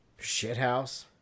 shithouse